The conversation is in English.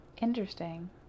Interesting